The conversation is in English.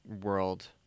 world